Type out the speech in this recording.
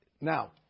Now